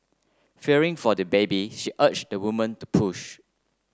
fearing for the baby she urged the woman to push